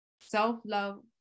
self-love